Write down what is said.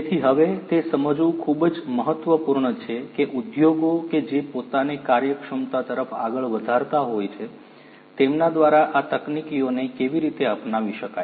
તેથી હવે તે સમજવું ખૂબ જ મહત્વપૂર્ણ છે કે ઉદ્યોગો કે જે પોતાને કાર્યક્ષમતા તરફ આગળ વધારતા હોય છે તેમના દ્વારા આ તકનીકીઓને કેવી રીતે અપનાવી શકાય